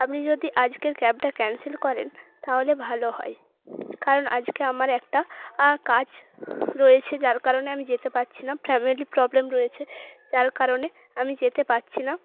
আপনি যদি আজকের ক্যাবটা ক্যান্সেল করেন তাহলে ভালো হয় কারণ আজকে আমার একটা কাজ রয়েছে যার কারণে আমি যেতে পারছি না ফ্যামিলি প্রবলেম রয়েছে যার কারণে আমি যেতে পারছি না